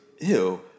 Ew